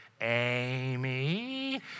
Amy